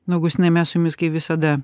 na augustinai mes su jumis kai visada